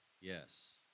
Yes